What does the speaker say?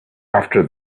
after